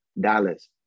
Dallas